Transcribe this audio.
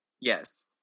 Yes